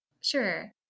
Sure